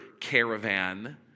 caravan